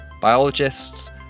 biologists